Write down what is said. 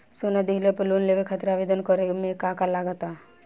सोना दिहले पर लोन लेवे खातिर आवेदन करे म का का लगा तऽ?